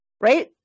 Right